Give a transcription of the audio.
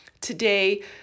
today